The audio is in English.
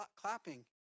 clapping